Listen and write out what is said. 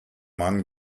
man